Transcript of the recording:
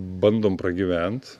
bandom pragyvent